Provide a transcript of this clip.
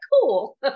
Cool